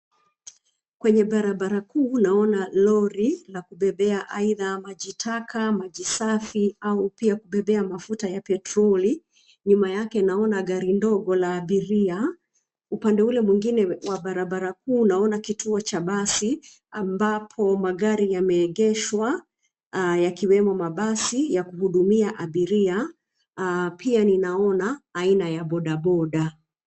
Kwenye barabara kubwa naona la kubebea aina maji taka, maji safi au pia kubebea mafuta ya petroli. Nyuma yake naona gari ndogo la abiria. Upande ule mwingine wa barabara kuu naona kituo cha basi ambapo magari yameegeshwa yakiwemo mabasi ya kuhudumia abiria, pia ninaona aina ya boda boda.